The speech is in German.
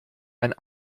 ein